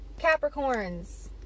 Capricorns